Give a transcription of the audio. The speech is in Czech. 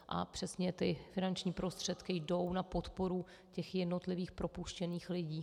A přesně ty finanční prostředky jdou na podporu jednotlivých propuštěných lidí.